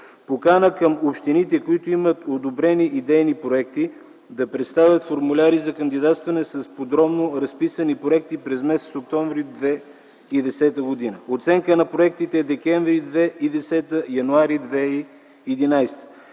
покана към общините, които имат одобрени идейни проекти, да представят формуляри за кандидатстване с подробно разписани проекти през м. октомври 2010 г.; - оценка на проектите през декември 2010 – януари 2011